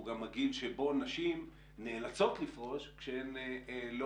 הוא גם הגיל שבו נשים נאלצות לפרוש כשהן לא